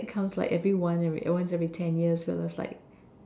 it comes like every once every once every ten years and was like